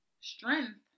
strength